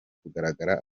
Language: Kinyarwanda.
kuranga